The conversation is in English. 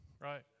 right